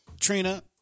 Trina